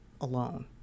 alone